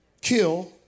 kill